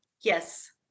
Yes